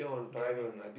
driving